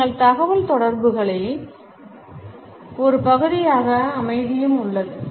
எங்கள் தகவல்தொடர்புகளின் ஒரு பகுதியாக அமைதியும் உள்ளது